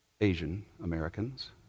Asian-Americans